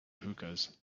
hookahs